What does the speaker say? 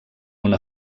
una